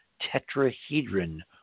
tetrahedron